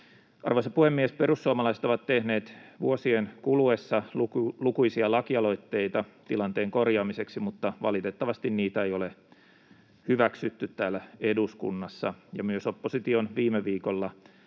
Arvoisa puhemies! Perussuomalaiset ovat tehneet vuosien kuluessa lukuisia lakialoitteita tilanteen korjaamiseksi, mutta valitettavasti niitä ei ole hyväksytty täällä eduskunnassa. Myös opposition viime viikolla